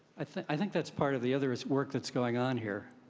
i think that's part of the other is work that's going on here.